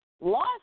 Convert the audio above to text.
Lost